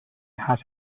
has